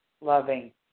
loving